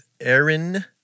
Aaron